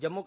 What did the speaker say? Jammu